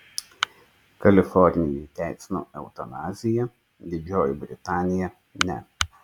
kalifornija įteisino eutanaziją didžioji britanija ne